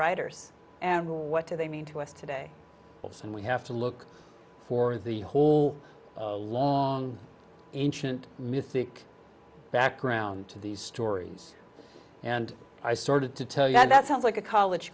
writers and what do they mean to us today and we have to look for the whole long ancient mythic background to these stories and i started to tell you how that sounds like a college